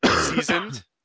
seasoned